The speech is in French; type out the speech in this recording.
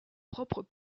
propres